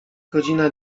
godzina